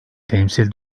temsil